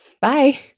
bye